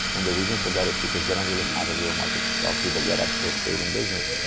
and the reason for that is because they don't really have a real market to sell to, but yet i still stayed in business.